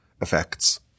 effects